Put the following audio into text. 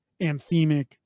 anthemic